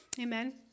Amen